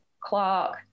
Clark